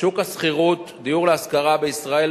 שוק השכירות, דיור להשכרה בישראל